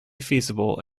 feasible